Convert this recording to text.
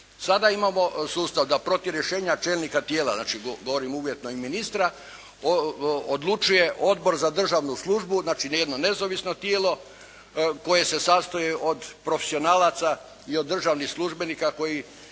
Sada imamo sustav da protiv rješenja čelnika tijela, znači govorim uvjetno i ministra, odlučuje Odbor za državnu službu znači jedno nezavisno tijelo koje se sastoji od profesionalaca i od državnih službenika koji